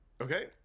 Okay